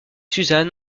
susan